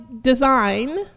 design